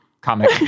comic